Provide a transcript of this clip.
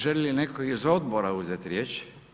Želi li netko iz odbora uzeti riječ?